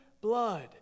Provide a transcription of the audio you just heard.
blood